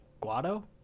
Guado